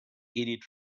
edith